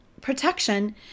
Protection